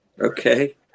Okay